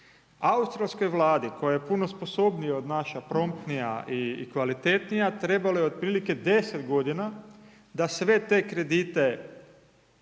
Australskoj Vladi koja je puno sposobnija od naše, promptnija i kvalitetnija, trebalo je otprilike 10.g. da sve te kredite